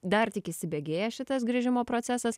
dar tik įsibėgėja šitas grįžimo procesas